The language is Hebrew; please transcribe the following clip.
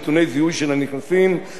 גם את הדבר הזה צריך לעשות,